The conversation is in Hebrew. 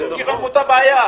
ימשיכו עם אותה בעיה.